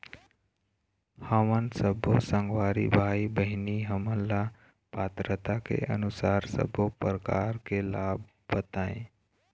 हमन सब्बो संगवारी भाई बहिनी हमन ला पात्रता के अनुसार सब्बो प्रकार के लाभ बताए?